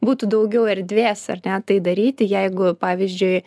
būtų daugiau erdvės ar ne tai daryti jeigu pavyzdžiui